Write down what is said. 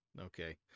Okay